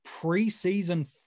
preseason